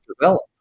develop